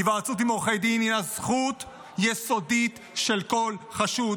היוועצות עם עורכי דין היא זכות יסודית של כל חשוד,